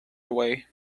away